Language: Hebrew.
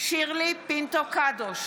שירלי פינטו קדוש,